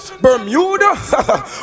Bermuda